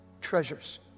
Treasures